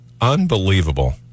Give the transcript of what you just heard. Unbelievable